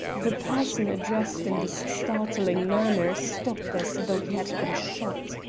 the person addressed in this startling manner stopped as though he had been shot.